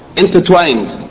intertwined